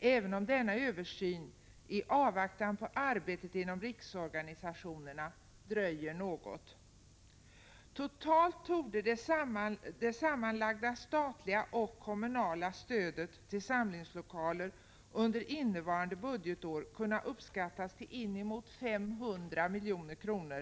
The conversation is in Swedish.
även om denna översyn — i avvaktan på arbetet inom riksorganisationerna — dröjer något. Totalt torde det sammanlagda och statliga kommunala stödet till samlingslokaler under innevarande budgetår kunna uppskattas till inemot 500 milj.kr.